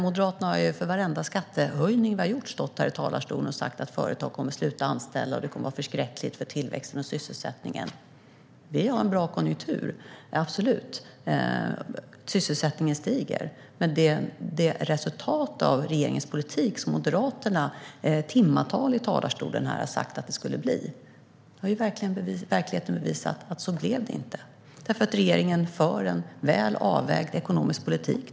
Vid varenda skattehöjning vi har gjort har Moderaterna stått här i talarstolen och sagt att företag kommer att sluta anställa och att det kommer att vara förskräckligt för tillväxten och sysselsättningen. Vi har absolut en bra konjunktur, och sysselsättningen stiger. Moderaterna har i timtal här i talarstolen talat om vad som skulle bli resultatet av regeringens politik. Verkligheten har bevisat att det inte blev så. Anledningen är att regeringen för en väl avvägd ekonomisk politik.